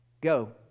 Go